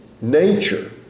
nature